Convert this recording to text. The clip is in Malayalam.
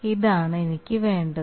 ഇതാണ് എനിക്ക് വേണ്ടത്